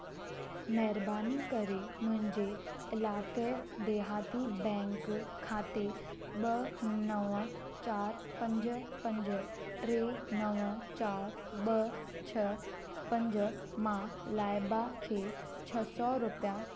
महिरबानी करे मुंहिंजे इलाक़ाई देहाती बैंक खाते ॿ नव चार पंज पंज टे नव चार ॿ छ्ह पंज मां लाइबा खे छह सौ रुपिया चुकायो